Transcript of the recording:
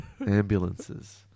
Ambulances